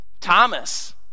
Thomas